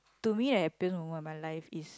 to me I have been on my life is